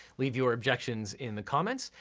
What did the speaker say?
leave your objections in the comments.